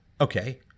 okay